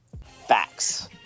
Facts